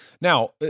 Now